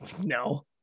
No